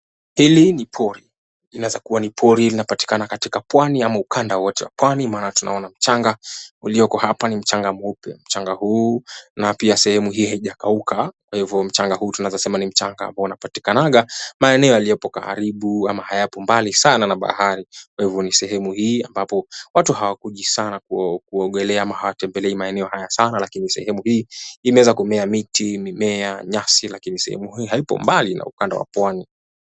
Hili ni pori. Inaweza kuwa ni pori linapatikana katika Pwani ama ukanda wowote wa Pwani. Maana tunaona mchanga ulioko hapa ni mchanga mweupe. Mchanga huu na pia sehemu hii haijakauka. Kwa hivyo mchanga huu tunaweza kusema ni mchanga ambao unapatikanaga maeneo yaliyo karibu ama hayapo mbali sana na bahari. Kwa hivyo ni sehemu hii ambapo watu hawakuji sana kuogelea ama hawatembelei maeneo haya sana. Lakini sehemu hii imeweza kumea miti, mimea, nyasi, lakini sehemu hii haipo mbali na ukanda wa Pwani.